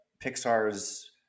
pixar's